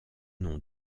nom